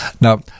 Now